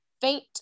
faint